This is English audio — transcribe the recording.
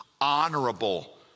honorable